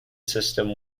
system